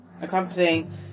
accompanying